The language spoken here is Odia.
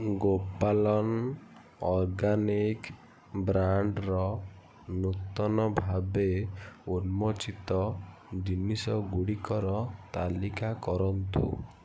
ଗୋପାଲନ ଅର୍ଗାନିକ ବ୍ରାଣ୍ଡ୍ର ନୂତନ ଭାବେ ଉନ୍ମୋଚିତ ଜିନିଷ ଗୁଡ଼ିକର ତାଲିକା କରନ୍ତୁ